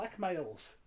blackmails